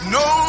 no